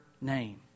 name